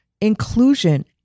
inclusion